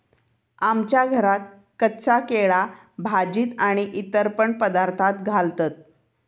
आमच्या घरात कच्चा केळा भाजीत आणि इतर पण पदार्थांत घालतत